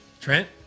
Trent